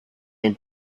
been